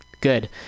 good